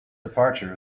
departure